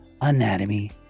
anatomy